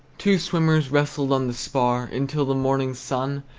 two swimmers wrestled on the spar until the morning sun,